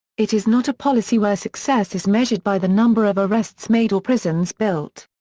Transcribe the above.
it is not a policy where success is measured by the number of arrests made or prisons built.